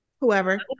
whoever